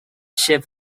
ship